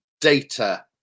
data